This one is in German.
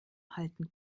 halten